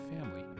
family